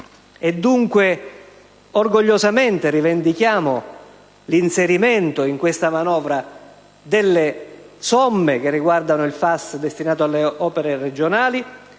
E dunque, orgogliosamente, rivendichiamo l'inserimento in questa manovra delle somme relative al FAS, destinato alle opere regionali,